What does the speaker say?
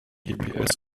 gps